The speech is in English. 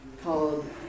called